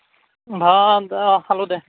ভাত খালো দে